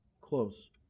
close